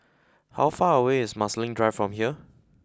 how far away is Marsiling Drive from here